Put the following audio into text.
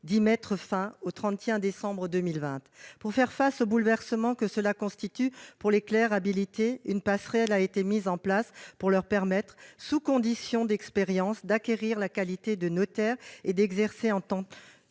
à partir du 31 décembre 2020. Pour faire face au bouleversement que cela constitue pour les clercs habilités, une passerelle a été mise en place pour permettre à ceux-ci, sous conditions d'expérience, d'acquérir la qualité de notaire et d'exercer en tant